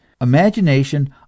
imagination